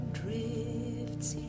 drifts